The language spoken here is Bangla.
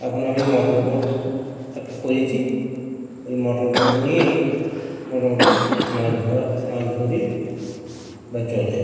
এখন আমি মোটর বোট একটা করেছি ওই মোটর বোট নিয়েই মোটামুটি মাছ ধরা মাছ ধরি বা চলে